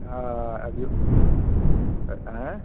हाँ अब ये हैं